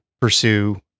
pursue